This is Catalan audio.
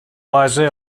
base